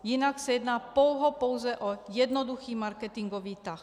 Jinak se jedná pouhopouze o jednoduchý marketingový tah.